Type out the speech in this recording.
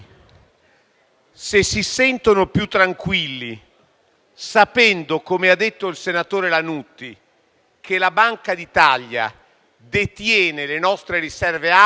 se si sentono più tranquilli sapendo, come ha detto il senatore Lannutti, che la Banca d'Italia detiene le nostre riserve auree